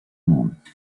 montt